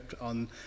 on